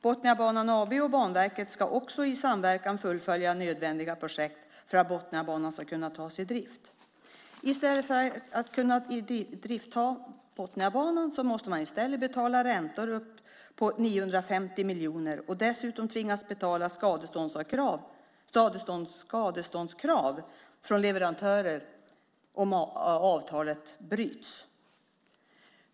Botniabanan AB och Banverket ska också i samverkan fullfölja nödvändiga projekt för att Botniabanan ska kunna tas i drift. I stället för att kunna ta Botniabanan i drift måste man betala räntor på 950 miljoner och dessutom tvingas betala skadestånd till leverantörer om avtalet bryts.